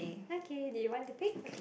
okay do you want to pick